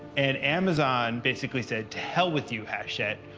and amazon basically said, to hell with you, hachette.